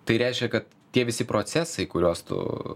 tai reiškia kad tie visi procesai kuriuos tu